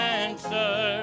answer